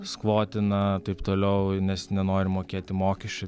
skvotina taip toliau nes nenori mokėti mokesčių